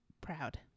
proud